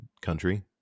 Country